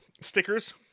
stickers